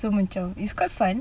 so macam it's quite fun